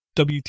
WT